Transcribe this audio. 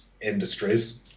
industries